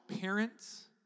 parents